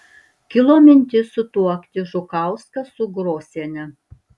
kilo mintis sutuokti žukauską su grosiene